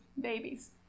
babies